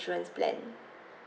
insurance plan